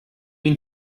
mean